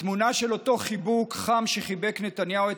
התמונה של אותו חיבוק חם שחיבק נתניהו את